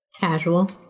Casual